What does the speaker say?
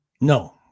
no